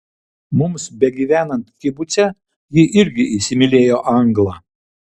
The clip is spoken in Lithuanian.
mums begyvenant kibuce ji irgi įsimylėjo anglą